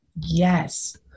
Yes